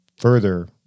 further